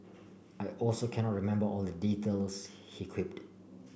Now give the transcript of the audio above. I also cannot remember all the details he quipped